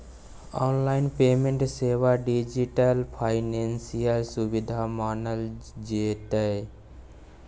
online payment सेहो digital financial सुविधा मानल जेतै